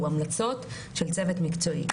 אלה המלצות של צוות מקצועי.